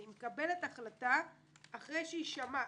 היא מקבלת החלטה אחרי שהיא שמעה,